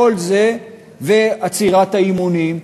ועצירת האימונים,